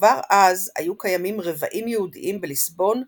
וכבר אז היו קיימים רבעים יהודיים בליסבון,